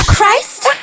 Christ